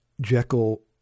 Jekyll